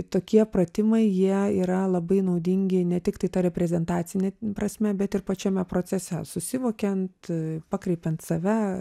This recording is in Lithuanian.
tokie pratimai jie yra labai naudingi ne tiktai ta reprezentacine prasme bet ir pačiame procese susivokiant pakreipiant save